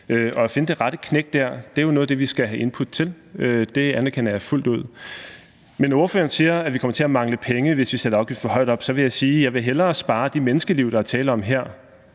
at finde det rette knæk dér er jo noget af det, vi skal have input til; det anerkender jeg fuldt ud. Men når ordføreren siger, at vi kommer til at mangle penge, hvis vi sætter afgiften for højt op, så vil jeg sige, at jeg hellere vil spare de menneskeliv, der er tale om her.